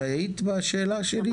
את היית בשאלה שלי?